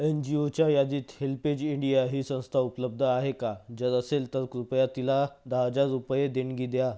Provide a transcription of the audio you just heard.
N जी ओच्या यादीत हेल्पेज इंडिया ही संस्था उपलब्ध आहे का जर असेल तर कृपया तिला दहा हजार रुपये देणगी द्या